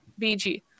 BG